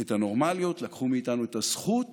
את הנורמליות, לקחו מאיתנו את הזכות